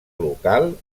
local